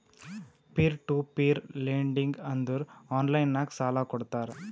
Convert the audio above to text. peer to peer lending ಅಂದುರ್ online ನಾಗ್ ಸಾಲಾ ಕೊಡ್ತಾರ